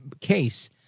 case